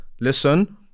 listen